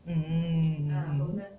mm